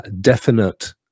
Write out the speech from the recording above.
Definite